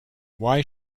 why